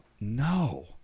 No